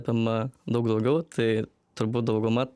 apima daug daugiau tai turbūt dauguma